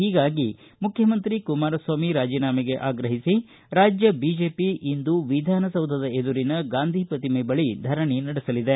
ಹೀಗಾಗಿ ಮುಖ್ಯಮಂತ್ರಿ ಕುಮಾರಸ್ವಾಮಿ ರಾಜೀನಾಮೆಗೆ ಆಗ್ರಹಿಸಿ ರಾಜ್ಯ ಬಿಜೆಪಿ ಇಂದು ವಿಧಾನಸೌಧದ ಎದುರಿನ ಗಾಂಧಿ ಪ್ರತಿಮೆ ಬಳಿ ಧರಣಿ ನಡೆಸಲಿದೆ